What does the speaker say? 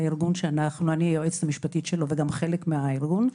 ארגון שאני היועצת המשפטית שלו וגם חלק מהארגון,